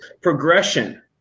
progression